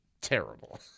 terrible